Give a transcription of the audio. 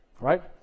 right